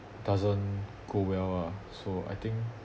doesn't go well ah so I think